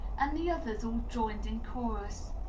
and the others all joined in chorus,